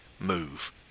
move